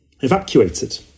evacuated